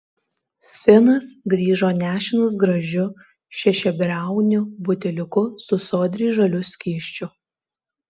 finas grįžo nešinas gražiu šešiabriauniu buteliuku su sodriai žaliu skysčiu